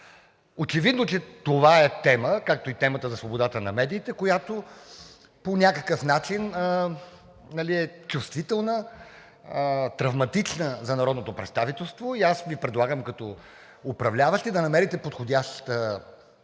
Очевидно, че това е тема, както и темата за свободата на медиите, която по някакъв начин е чувствителна, травматична за народното представителство, и аз Ви предлагам като управляващи да намерите подходяща